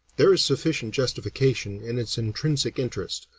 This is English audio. there is sufficient justification in its intrinsic interest,